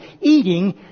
eating